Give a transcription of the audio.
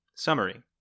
Summary